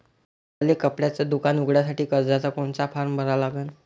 मले कपड्याच दुकान उघडासाठी कर्जाचा कोनचा फारम भरा लागन?